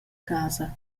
casa